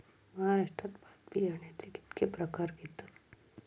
महाराष्ट्रात भात बियाण्याचे कीतके प्रकार घेतत?